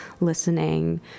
listening